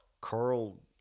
Carl